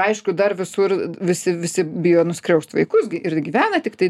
aišku dar visur visi visi bijo nuskriaust vaikus gi ir gyvena tiktai